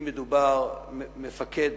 אם מדובר במפקד